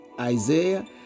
Isaiah